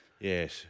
Yes